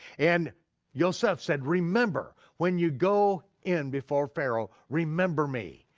and yoseph said, remember, when you go in before pharaoh, remember me,